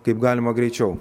kaip galima greičiau